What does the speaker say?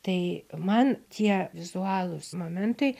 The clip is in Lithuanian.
tai man tie vizualūs momentai